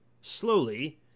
slowly